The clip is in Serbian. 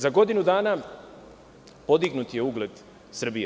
Za godinu dana podignut je ugled Srbije.